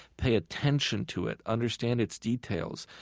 pay attention to it, understand its details,